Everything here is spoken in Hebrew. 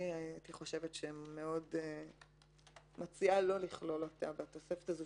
אני מציעה לא לכלול אותה בתוספת הזאת